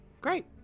Great